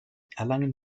erlangen